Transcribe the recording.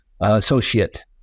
associate